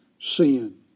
Sin